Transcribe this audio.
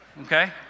okay